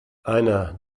einer